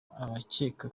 abakeka